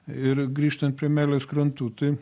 ir grįžtant prie meilės krantų tai